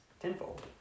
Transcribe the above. tenfold